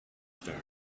star